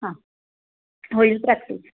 हां होईल प्रॅक्टिस